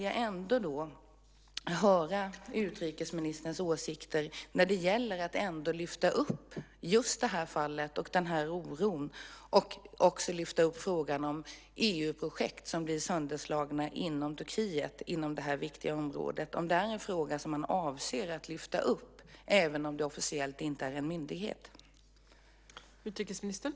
Jag vill höra utrikesministerns åsikter när det gäller att lyfta upp just det här fallet och oron, EU-projekt som blir sönderslagna inom det här viktiga området i Turkiet. Är det här en fråga som man avser att lyfta upp, även om det officiellt inte handlar om en myndighet?